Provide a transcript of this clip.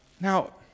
Now